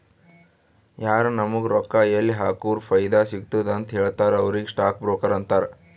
ಯಾರು ನಾಮುಗ್ ರೊಕ್ಕಾ ಎಲ್ಲಿ ಹಾಕುರ ಫೈದಾ ಸಿಗ್ತುದ ಅಂತ್ ಹೇಳ್ತಾರ ಅವ್ರಿಗ ಸ್ಟಾಕ್ ಬ್ರೋಕರ್ ಅಂತಾರ